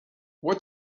what